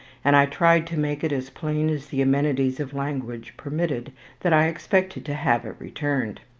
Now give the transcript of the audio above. and i tried to make it as plain as the amenities of language permitted that i expected to have it returned.